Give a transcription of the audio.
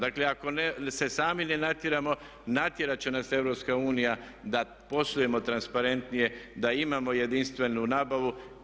Dakle, ako se sami ne natjeramo natjerat će nas EU da poslujemo transparentnije, da imamo jedinstvenu nabavu.